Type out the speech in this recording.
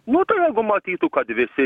nu tai jeigu matytų kad visi